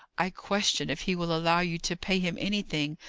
i question if he will allow you to pay him anything,